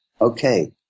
okay